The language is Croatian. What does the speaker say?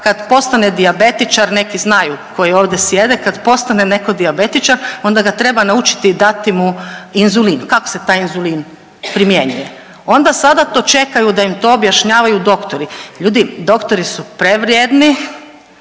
kad postane dijabetičar, neki znaju, koji ovdje sjede, kad postane netko dijabetičar, onda ga treba naučiti i dati mu inzulin, kako se taj inzulin primjenjuje. Onda to sada čekaju da im to objašnjavaju doktori. Ljudi, doktori su prevrijedni